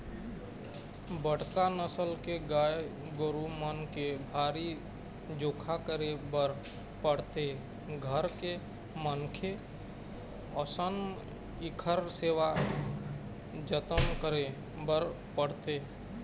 बड़का नसल के गाय गरू मन के भारी जोखा करे बर पड़थे, घर के मनखे असन इखर सेवा जतन करे बर पड़थे